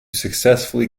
successfully